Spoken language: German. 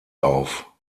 auf